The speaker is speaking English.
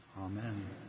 Amen